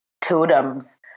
totems